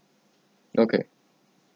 okay